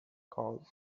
causes